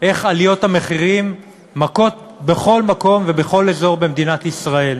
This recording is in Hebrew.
איך עליות המחירים מכות בכל מקום ובכל אזור במדינת ישראל.